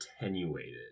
attenuated